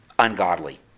ungodly